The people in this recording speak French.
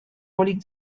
rolling